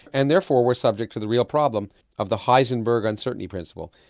and therefore we're subject to the real problem of the heisenberg uncertainty principle.